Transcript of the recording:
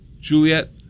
Juliet